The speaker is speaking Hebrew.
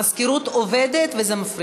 המזכירות עובדת, וזה מפריע.